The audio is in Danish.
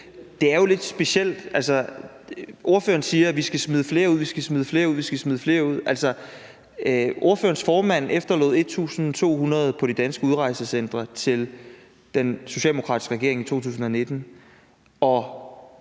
Det er jo lidt specielt. Ordføreren siger, at vi skal smide flere ud, men ordførerens formand efterlod 1.200 på de danske udrejsecentre til den socialdemokratiske regering i 2019,